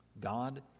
God